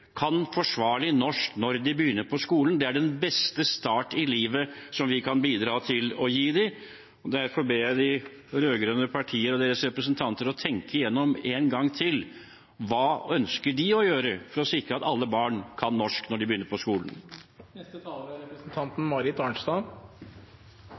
kan forsvarlig norsk når de begynner på skolen. Det er den beste start i livet som vi kan gi dem, og derfor ber jeg de rød-grønne partienes representanter om å tenke igjennom en gang til hva de ønsker å gjøre for å sikre at alle barn kan norsk når de begynner på skolen. Senterpartiet står sjølsagt helt og fullt bak at det er